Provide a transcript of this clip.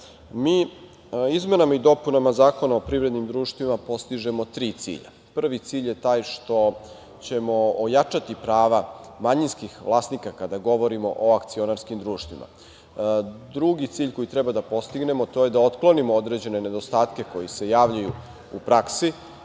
izmene. Izmenama i dopunama Zakona o privrednim društvima postižemo tri cilja. Prvi cilj je taj što ćemo ojačati prava manjinskih vlasnika, kada govorimo o akcionarskim društvima. Drugi cilj koji treba da postignemo to je da otklonimo određene nedostatke koji se javljaju u praksi,